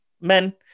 men